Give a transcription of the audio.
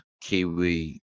kiwi